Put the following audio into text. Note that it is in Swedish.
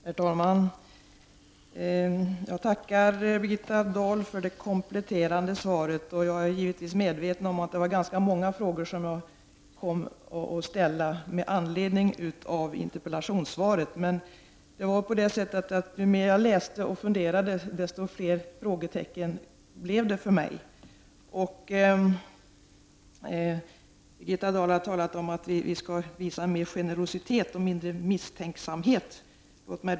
Herr talman! Jag tackar Birgitta Dahl för de kompletterande svaren. Jag är givetvis medveten om att det var ganska många frågor som jag kom att ställa med anledning av interpellationssvaret. Men allteftersom jag läste och funderade sd detta blev frågetecknen allt fler. Birgitta Dahl har talat om att vi skall visa större generositet och mindre misstänksamhet.